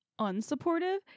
unsupportive